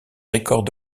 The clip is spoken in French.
record